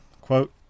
quote